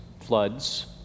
floods